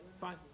fine